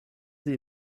sie